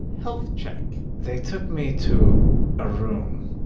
health check. they took me to a room